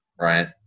right